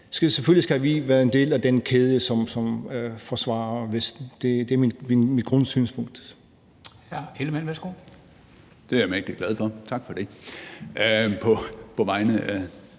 Selvfølgelig skal vi være en del af den kæde, som forsvarer Vesten. Det er mit grundsynspunkt.